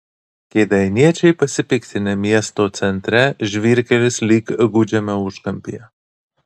kėdainiečiai pasipiktinę miesto centre žvyrkelis lyg gūdžiame užkampyje